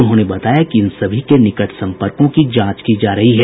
उन्होंने बताया कि इन सभी के निकट सम्पर्कों की जांच की जा रही है